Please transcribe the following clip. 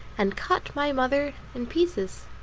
and cut my mother in pieces.